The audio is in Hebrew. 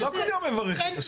אני לא כל יום מברך את השר.